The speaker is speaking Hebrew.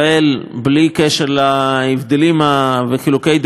קשר להבדלים ולחילוקי הדעות הפוליטיים,